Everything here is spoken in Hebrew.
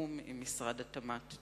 בתיאום עם משרד התמ"ת.